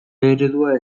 eredua